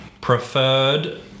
Preferred